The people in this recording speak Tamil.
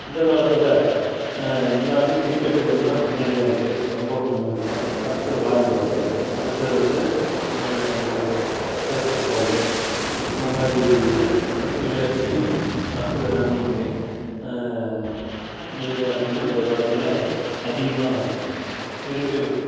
இந்தக் காலத்தில் எல்லாமே கிரிக்கெட்டுங்கிறது தான் முன்னணியாக இருக்குது ரொம்ப முன்னணியாக அடுத்து வாலிபாலு அடுத்தது வந்து இந்த பேஸ்கட்பாலு இந்த மாதிரி இது வந்து விளையாட்டுகள் அடுத்தது ரன்னிங்கு இந்த விளையாட்டுகள்லாம் இந்தக் காலத்தில் அதிகமாக விரும்பி